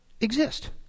exist